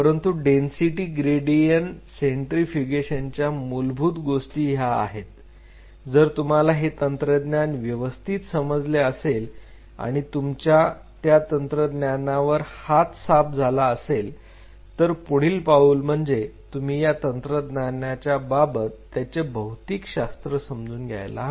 परंतु density gradient सेंट्रींफ्युगेशनच्या मूलभूत गोष्टी ह्या आहेत जर तुम्हाला हे तंत्रज्ञान व्यवस्थित समजले असेल आणि तुमच्या या तंत्रज्ञानावर हात साफ झाला असेल तर पुढील पाऊल म्हणजे तुम्ही या तंत्रज्ञानाबाबत त्याचे भौतिकशास्त्र समजून घ्यायला आहे